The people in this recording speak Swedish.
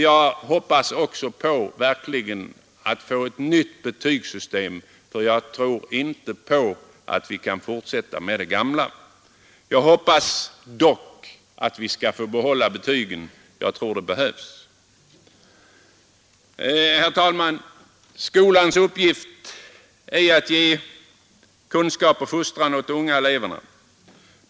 Jag hoppas verkligen också att vi skall få ett nytt betygssystem, eftersom jag inte tror att vi kan fortsätta med det gamla. Jag hoppas dock att vi skall få behålla betygen — jag tror att det behövs. Herr talman! Skolans uppgift är att ge kunskap och fostran åt de unga eleverna.